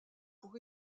pour